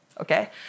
okay